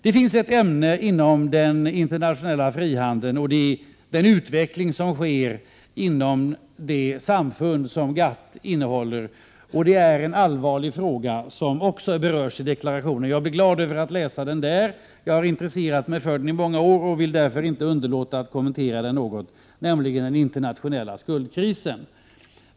Det finns en allvarlig fråga vad gäller utvecklingen inom GATT som också berörs i deklarationen. Jag gladde mig åt att läsa den där. Jag har intresserat mig för den i många år och vill därför kommentera den. Det gäller frågan om den internationella skuldkrisen.